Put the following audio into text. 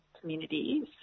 communities